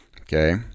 Okay